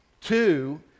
Two